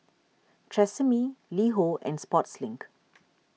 Tresemme LiHo and Sportslink